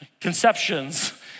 conceptions